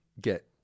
get